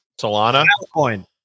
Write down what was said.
Solana